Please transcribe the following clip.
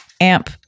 amp